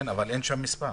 כן, אבל אין שם מספר.